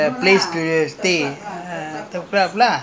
quarters is the the employer who give the employees